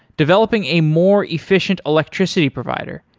developing a more efficient electricity provider,